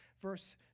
verse